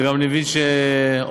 ואני גם מבין שאורלי,